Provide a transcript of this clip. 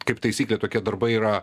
kaip taisyklė tokie darbai yra